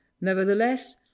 nevertheless